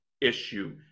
issue